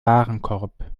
warenkorb